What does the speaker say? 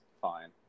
fine